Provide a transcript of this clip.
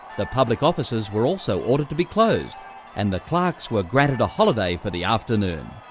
the public offices were also ordered to be closed and the clerks were granted a holiday for the afternoon.